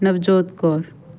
Navjot Kaur